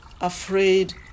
afraid